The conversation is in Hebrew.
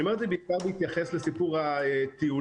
אני אומר את זה בעיקר בהתייחס לסיפור הטיולים.